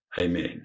amen